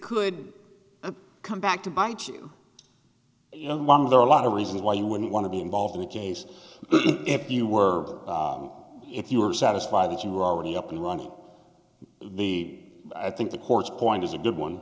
could come back to bite you you know there are a lot of reasons why you wouldn't want to be involved in the case if you were if you were satisfied that you were already up and running the i think the courts point is a good one